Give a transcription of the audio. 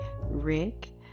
Rick